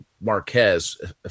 Marquez